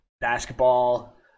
basketball